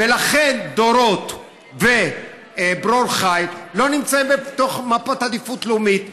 ולכן דורות וברור חיל לא נמצאים בתוך מפת עדיפות לאומית.